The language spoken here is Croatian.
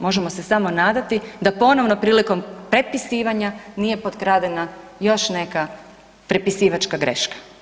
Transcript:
Možemo se samo nadati da ponovno prilikom prepisivanja nije potkradena još neka prepisivačka greška.